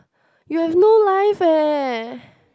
you have no life eh